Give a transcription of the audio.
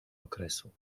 okresu